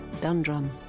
Dundrum